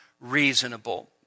reasonable